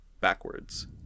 backwards